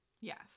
Yes